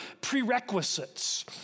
prerequisites